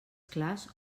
clars